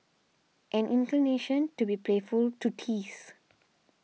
an inclination to be playful to tease